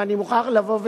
ואני מוכרח לבוא ולומר,